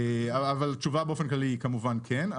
אבל התשובה באופן כללי היא כמובן כן.